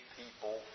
people